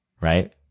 right